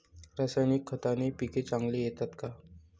रासायनिक खताने पिके चांगली येतात का?